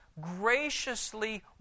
graciously